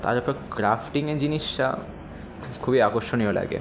তার যত ক্রাফটিংয়ের জিনিসটা খুবই আকর্ষণীয় লাগে